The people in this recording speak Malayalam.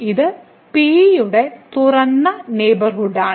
ഇത് P യുടെ തുറന്ന നെയ്ബർഹുഡാണ്